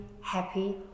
happy